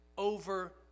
over